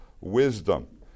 wisdom